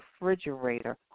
refrigerator